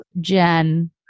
Jen